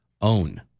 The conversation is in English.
own